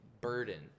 burden